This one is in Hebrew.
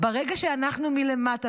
ברגע שאנחנו מלמטה,